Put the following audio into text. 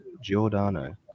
Giordano